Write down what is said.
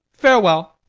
farewell.